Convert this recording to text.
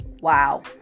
wow